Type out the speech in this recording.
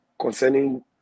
concerning